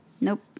Nope